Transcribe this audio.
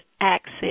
access